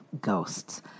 ghosts